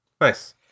Nice